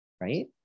right